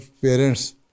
parents